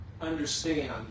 understand